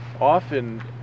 often